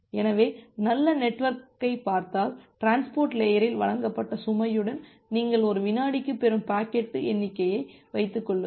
எனவே நல்ல நெட்வொர்க்கைப் பார்த்தால் டிரான்ஸ்போர்ட் லேயரில் வழங்கப்பட்ட சுமையுடனும் நீங்கள் ஒரு வினாடிக்கு பெறும் பாக்கெட்டு எண்ணிக்கையை வைத்துக் கொள்ளுங்கள்